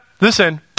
Listen